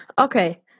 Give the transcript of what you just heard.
Okay